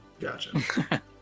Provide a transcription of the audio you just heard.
Gotcha